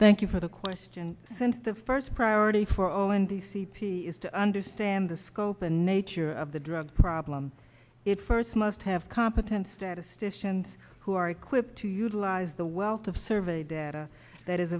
thank you for the question since the first priority for all in the c p is to understand the scope and nature of the drug problem it first must have competent statisticians who are equipped to utilize the wealth of survey data that is